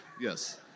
Yes